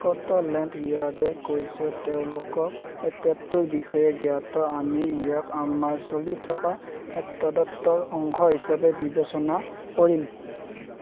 Scott লেণ্ডয়াৰ্ডে কৈছে তেওঁলোকক টেপটোৰ বিষয়ে জ্ঞাত আমি ইয়াক আমাৰ চলি থকা তদত্তৰ অংশ হিচাপে বিবেচনা কৰিম